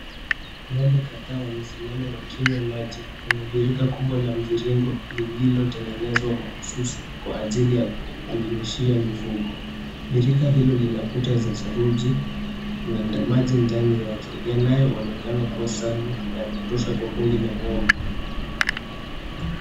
Ng'ombe kadhaa wamesimama wakinywa maji, kwenye birika kubwa la mviringo, lililotengenezwa mahususi kwa ajili ya kunywishia mifugo. Birika hilo lina kuta za saruji, na nda, maji ndani yake yanaonekana kuwa safi, na ya kutosha kwa kundi la ng'ombe.